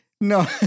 No